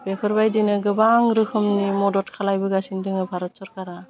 बेफोरबायदिनो गोबां रोखोमनि मदद खालायबोगासिनो दोङो भारत सरकारा